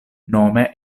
nome